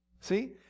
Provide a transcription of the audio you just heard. See